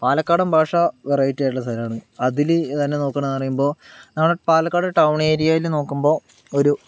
പാലക്കാടൻ ഭാഷ വെറൈറ്റി ആയിട്ടുള്ള സാധനമാണ് അതിൽ തന്നെ നോക്കണേന്ന് പറയുമ്പോൾ നമ്മളെ പാലക്കാട് ടൗൺ ഏരിയയില് നോക്കുമ്പോൾ ഒരു